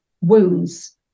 wounds